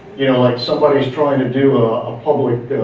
you know like somebody is trying to do a public,